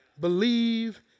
Believe